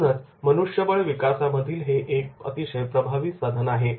म्हणूनच मनुष्यबळ विकासामधील हे एक अतिशय प्रभावी साधन आहे